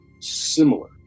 similar